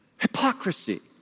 Hypocrisy